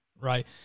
Right